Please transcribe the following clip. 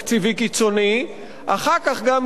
אחר כך גם יכלו בקלות לבוא ולהגיד,